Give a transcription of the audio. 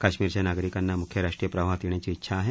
कश्मीरच्या नागरिकांना म्ख्य राष्ट्रीय प्रवाहात येण्याची इच्छा आहे